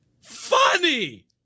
funny